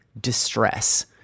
distress